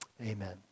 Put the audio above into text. Amen